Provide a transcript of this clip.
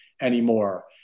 anymore